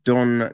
Don